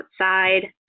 outside